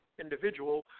individual